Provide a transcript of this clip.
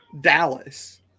Dallas